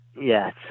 Yes